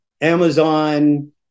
Amazon